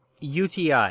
UTI